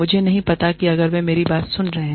मुझे नहीं पता अगर वे मेरी बात सुन रहे है